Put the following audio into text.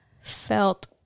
felt